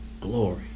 glory